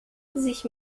sich